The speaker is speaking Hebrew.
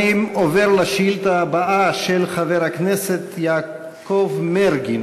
אני עובר לשאילתה הבאה, של חבר הכנסת יעקב מרגי.